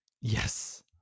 Yes